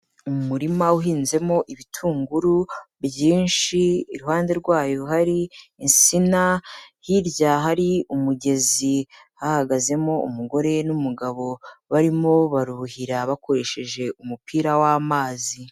Umurima uhinzemo ibitunguru byinshi, iruhande rwayo hari insina, hirya hari umugezi hahagazemo umugore n'umugabo barimo baruhira bakoresheje umupira w'amazi.